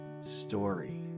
story